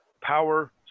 power